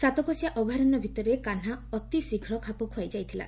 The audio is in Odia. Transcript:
ସାତକୋଶିଆ ଅଭୟାରଣ୍ୟ ଭିତରେ କାହ୍ନା ଅତିଶୀଘ୍ର ଖାପ ଖୁଆଇ ଯାଇଥିଲା